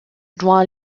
dois